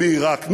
או בעיראק.